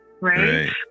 right